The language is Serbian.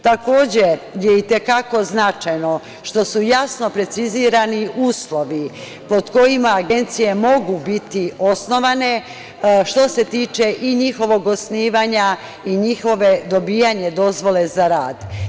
Takođe je i te kako značajno što su jasno precizirani uslovi pod kojima agencije mogu biti osnovane što se tiče i njihovog osnivanja i njihovog dobijanje dozvole za rad.